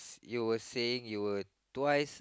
you were saying you were twice